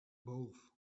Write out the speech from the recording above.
both